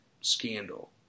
scandal